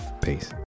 Peace